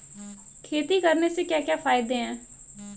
खेती करने से क्या क्या फायदे हैं?